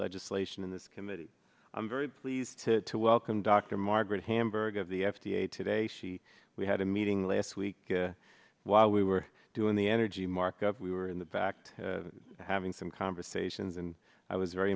legislation in this committee i'm very pleased to to welcome dr margaret hamburg of the f d a today see we had a meeting last week while we were doing the energy markup we were in the back having some conversations and i was very